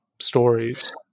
stories